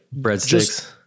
Breadsticks